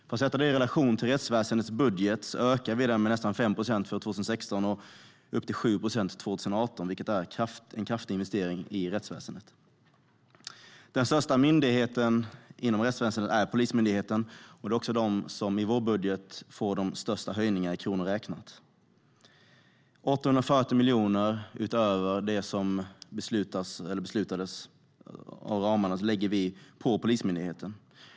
För att sätta detta i relation till rättsväsendets budget ökar vi den med nästan 5 procent för 2016 och med upp till 7 procent 2018, vilket är en kraftig investering i rättsväsendet. Den största myndigheten inom rättsväsendet är Polismyndigheten, och det är också den som i vår budget får de största höjningarna i kronor räknat. Vi lägger 840 miljoner utöver det som beslutades när det gäller ramarna för Polismyndigheten.